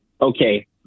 okay